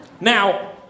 Now